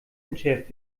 entschärft